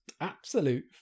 absolute